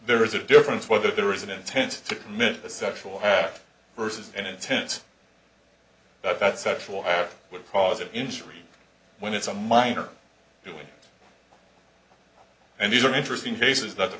there is a difference whether there is an intent to commit a sexual act versus an intent that that sexual act would cause an injury when it's a minor doing and these are interesting cases that the